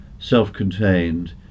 self-contained